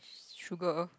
sugar